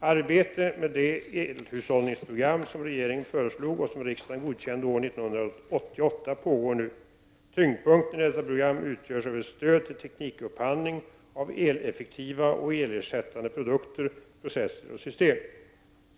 Arbetet med det elhushållningsprogram som regeringen föreslog och som riksdagen godkände år 1988 pågår nu. Tyngdpunkten i detta program utgörs av ett stöd till teknikupphandling av eleffektiva och elersättande produkter, processer och system.